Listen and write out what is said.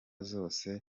zose